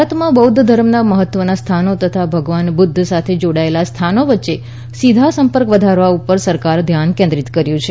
ભારતમાં બૌધ્ધ ધર્મના મહત્વના સ્થાનો તથા ભગવાન બુધ સાથે જોડાયેલા સ્થાનો વચ્ચે સીધો સંપર્ક વધારવા ઉપર સરકારે ધ્યાન કેન્દ્રિત કર્યુ છે